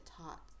taught